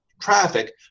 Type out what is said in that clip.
traffic